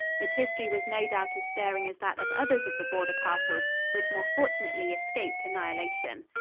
its history was no doubt as stirring as that of others of the border castles, which more fortunately escaped annihilation.